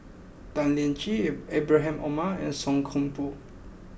Tan Lian Chye Ibrahim Omar and Song Koon Poh